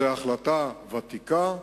זו החלטה ותיקה,